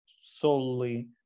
solely